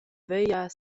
via